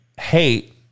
hate